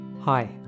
Hi